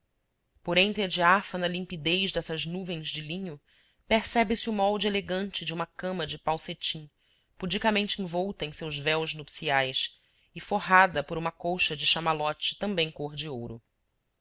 por entre a diáfana limpidez dessas nuvens de linho percebe-se o molde elegante de uma cama de pau cetim pudicamente envolta em seus véus nupciais e forrada por uma colcha de chamalote também cor de ouro